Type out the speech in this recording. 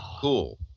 cool